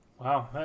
Wow